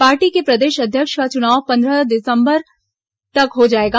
party के प्रदेश अध्यक्ष का चुनाव पंद्रह दिसंबर तक हो जाएगा